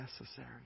necessary